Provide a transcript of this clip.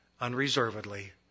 unreservedly